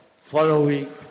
following